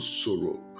sorrow